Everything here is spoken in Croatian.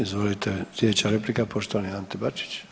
Izvolite sljedeća replika poštovani Ante Bačić.